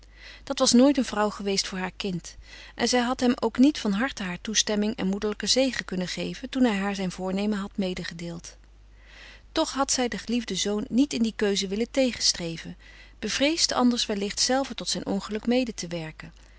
dat was nooit een vrouw geweest voor haar kind en zij had hem ook niet van harte haar toestemming en moederlijken zegen kunnen geven toen hij haar zijn voornemen had meegedeeld toch had zij den geliefden zoon niet in die keuze willen tegenstreven bevreesd anders wellicht zelve tot zijn ongeluk mede te werken